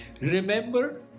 Remember